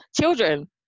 children